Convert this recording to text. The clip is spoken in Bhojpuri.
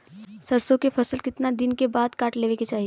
सरसो के फसल कितना दिन के बाद काट लेवे के चाही?